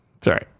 Sorry